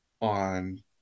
on